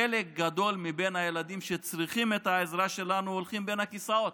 חלק גדול מבין הילדים שצריכים את העזרה שלנו נופלים בין הכיסאות,